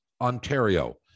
Ontario